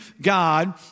God